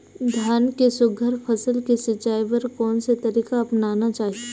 धान के सुघ्घर फसल के सिचाई बर कोन से तरीका अपनाना चाहि?